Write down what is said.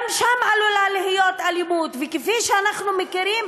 גם שם עלולה להיות אלימות, וכפי שאנחנו מכירים,